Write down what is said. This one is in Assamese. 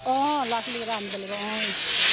অ' ল'ৰা ছোৱালীকেইটা আনিব লাগিব অ'